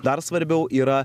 dar svarbiau yra